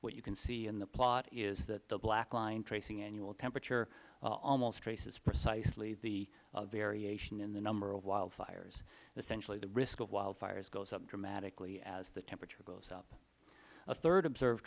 what you can see in the plot is that the black line tracing annual temperature almost traces precisely the variation in the number of wildfires essentially the risk of wildfires goes up dramatically as the temperature goes up a third observed